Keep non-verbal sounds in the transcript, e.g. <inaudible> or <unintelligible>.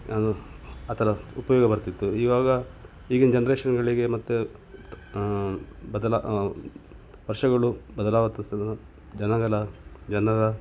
ಅದು ಆ ಥರ ಉಪಯೋಗ ಬರ್ತಿತ್ತು ಇವಾಗ ಈಗಿನ ಜನ್ರೇಷನ್ಗಳಿಗೆ ಮತ್ತು ಬದಲ ವರ್ಷಗಳು ಬದಲಾ <unintelligible> ಜನಗಳ ಜನರ